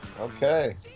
Okay